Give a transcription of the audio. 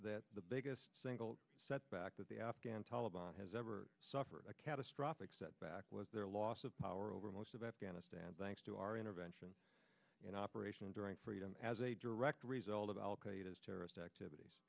that the biggest single setback that the afghan taliban has ever suffered a catastrophic setback was their loss of power over most of afghanistan thanks to our intervention in operation enduring freedom as a direct result of al qaeda terrorist activit